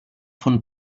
von